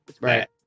Right